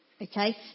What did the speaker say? Okay